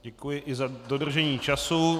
Děkuji i za dodržení času.